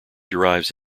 derives